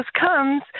comes